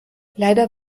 leider